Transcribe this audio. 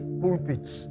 pulpits